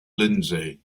lindsay